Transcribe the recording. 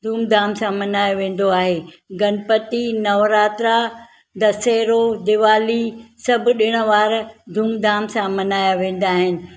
धूमधाम सां मल्हायो वेंदो आहे गनपति नवरात्रा दशहरा दिवाली सभु ॾिणवार धूमधाम सां मल्हायां वेंदा आहिनि